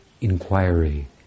inquiry